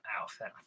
Outfit